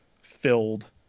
filled